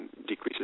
decreases